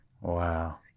Wow